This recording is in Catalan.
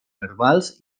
verbals